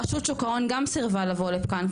רשות שוק ההון גם סירבה לבוא לכאן,